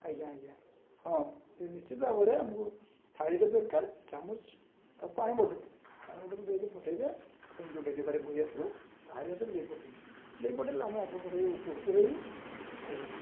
ଆଜ୍ଞା ଆଜ୍ଞା ହଁ ସେ ନିଶ୍ଚିତ ଭାବରେ ଆମକୁ ଥାଳିଟେ ଦରକାର ଚାମୁଚ ଆଉ ପାଣି ବଟଲ୍ ପାଣି ବଟଲ୍ ଦେଇ ପଠାଇବେ ଆପଣ ଯେଉଁ ଡେଲିଭରି ବଏ ଆସିବ ତାହାରି ହାତରେ ଦେଇ ପଠାଇବେ ଦେଇ ପଠାଇଲେ ଆମେ ଆପଣଙ୍କ ଠୁ ଉପକୃତ ରହିବୁ ଆଜ୍ଞା